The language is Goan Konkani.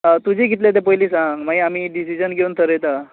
हां तुजे कितले ते पयलीं सांग मागीर आमी डिसिजन घेवन थरयता